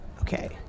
Okay